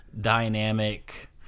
dynamic